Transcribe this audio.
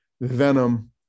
venom